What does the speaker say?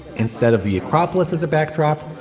instead of the acropolis as a backdrop,